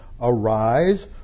Arise